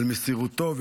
על מסירותו,